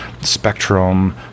spectrum